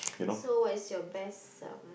so what is your best um